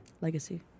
legacy